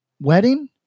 wedding